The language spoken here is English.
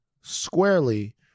squarely